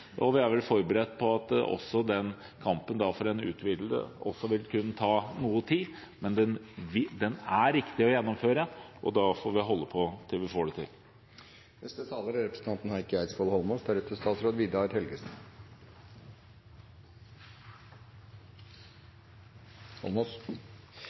og vi er vel forberedt på at kampen for en utvidelse også vil kunne ta noe tid. Men den er riktig å gjennomføre, og da får vi holde på til vi får det til.